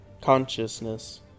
Consciousness